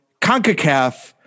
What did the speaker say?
CONCACAF